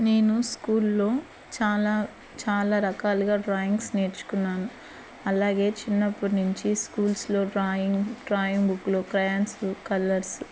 నేను స్కూల్లో చాలా చాలా రకాలుగా డ్రాయింగ్స్ నేర్చుకున్నాను అలాగే చిన్నప్పటి నుంచి స్కూల్స్లో డ్రాయింగ్ డ్రాయింగ్ బుక్లో క్రేయాన్స్ కలర్స్